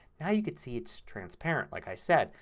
now you can see it's transparent like i said.